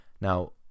Now